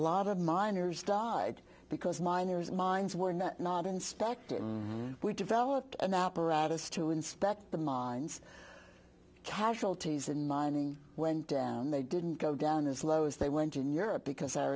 lot of miners died because miners mines were not not inspected we developed an apparatus to inspect the mines casualties in mining went down they didn't go down as low as they went in europe because our